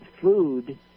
food